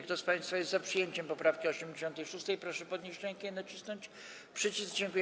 Kto z państwa jest za przyjęciem poprawki 86., proszę podnieść rękę i nacisnąć przycisk.